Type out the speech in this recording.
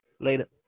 Later